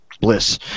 bliss